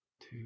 two